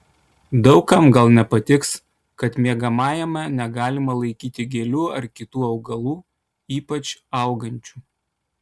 daug kam gal nepatiks kad miegamajame negalima laikyti gėlių ar kitų augalų ypač augančių